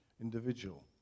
individual